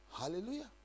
Hallelujah